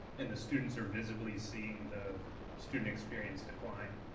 and students are visibly seeing the student experience decline.